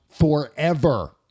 forever